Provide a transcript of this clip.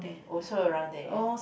also around there